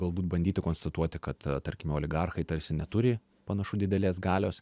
galbūt bandyti konstatuoti kad tarkime oligarchai tarsi neturi panašu didelės galios